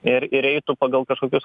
ir ir eitų pagal kažkokius